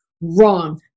wrong